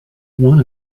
one